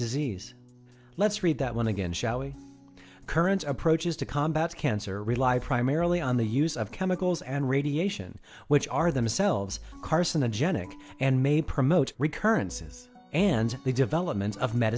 disease let's read that one again shall we current approaches to combat cancer rely primarily on the use of chemicals and radiation which are themselves carcinogenic and may promote recurrences and the development of met